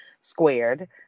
Squared